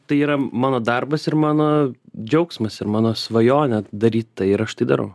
tai yra mano darbas ir mano džiaugsmas ir mano svajonė daryt tai ir aš tai darau